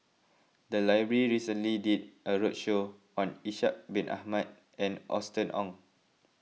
the library recently did a roadshow on Ishak Bin Ahmad and Austen Ong